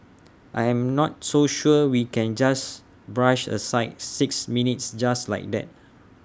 I'm not so sure we can just brush aside six minutes just like that